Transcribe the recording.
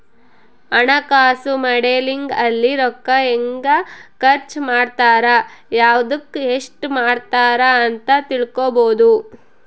ಹಣಕಾಸು ಮಾಡೆಲಿಂಗ್ ಅಲ್ಲಿ ರೂಕ್ಕ ಹೆಂಗ ಖರ್ಚ ಮಾಡ್ತಾರ ಯವ್ದುಕ್ ಎಸ್ಟ ಮಾಡ್ತಾರ ಅಂತ ತಿಳ್ಕೊಬೊದು